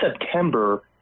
September